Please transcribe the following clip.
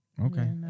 Okay